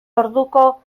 orduko